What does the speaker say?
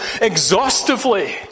exhaustively